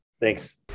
Thanks